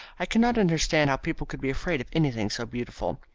i cannot understand how people could be afraid of anything so beautiful.